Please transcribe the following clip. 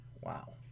Wow